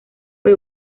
fue